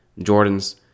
Jordans